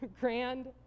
grand